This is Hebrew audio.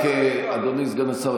רק אדוני סגן השר,